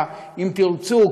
אם תרצו,